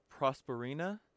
Prosperina